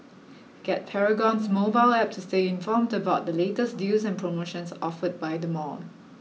get Paragon's mobile App to stay informed about the latest deals and promotions offered by the mall